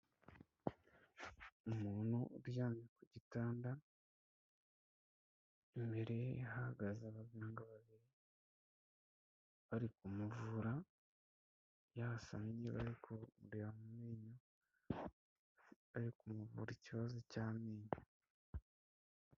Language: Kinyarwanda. Umuntu uryamye ku gitanda, imbere ye hahagaze abaganga babiri bari kumuvura yahasamye kureba amenyo, bari kumuvura ikibazo cy'amenyo.